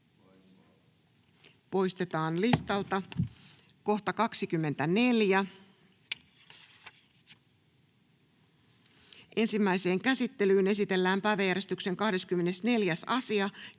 se on erittäin tärkeä. Ensimmäiseen käsittelyyn esitellään päiväjärjestyksen 9. asia.